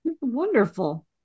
Wonderful